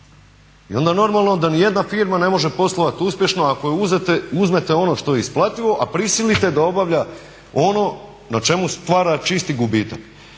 I onda normalno da nijedna firma ne može poslovati uspješno ako joj uzmete ono što je isplativo, a prisilite da obavlja ono na čemu stvara čisti gubitak.